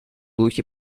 духе